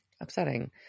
upsetting